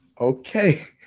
Okay